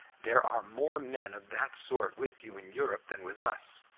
there are more men of that sort with you in europe than with us.